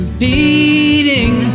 beating